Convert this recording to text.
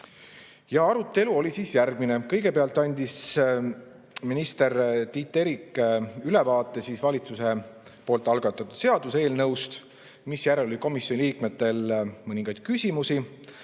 Arutelu oli järgmine. Kõigepealt andis minister Tiit Terik ülevaate valitsuse algatatud seaduseelnõust, misjärel oli komisjoni liikmetel mõningaid küsimusi.